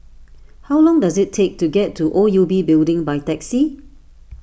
how long does it take to get to O U B Building by taxi